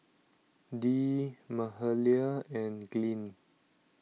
Dee Mahalia and Glynn